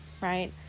right